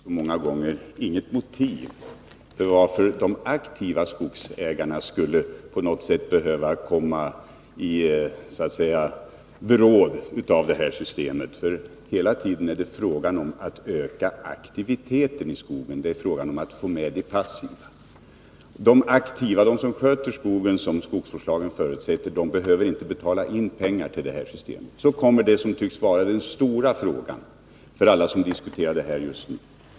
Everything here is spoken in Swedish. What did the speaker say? Herr talman! Det finns som jag så ofta framhållit ingen anledning varför de aktiva skogsägarna skulle på något sätt behöva komma i beråd till följd av det här systemet. Hela tiden är det fråga om att öka aktiviteten i skogen. Det är fråga om att få med de passiva. De aktiva, de som sköter skogen som skogsvårdslagen förutsätter, behöver inte betala in pengar till systemet. Så kommer det som tycks vara den stora frågan för alla som just nu diskuterar problemet.